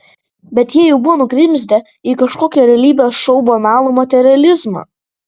bet jie jau buvo nugrimzdę į kažkokio realybės šou banalų materializmą